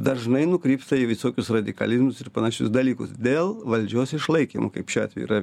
dažnai nukrypsta į visokius radikalinius ir panašius dalykus dėl valdžios išlaikymo kaip šiuo atveju yra